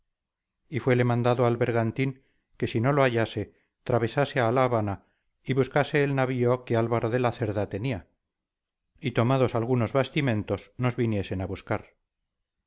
y fuele mandado al bergantín que si no lo hallase travesase a la habana y buscase el navío que álvaro de la cerda tenía y tomados algunos bastimentos nos viniesen a buscar